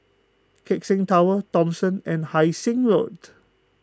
Keck Seng Tower Thomson and Hai Sing Road